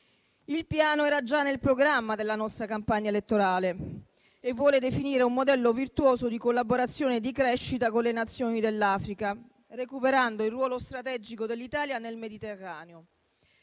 Il Piano era già nel programma della nostra campagna elettorale e vuole definire un modello virtuoso di collaborazione e di crescita con le Nazioni dell'Africa, recuperando il ruolo strategico dell'Italia nel Mediterraneo,